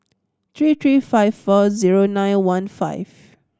tree tree five four zero nine one five